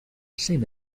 sin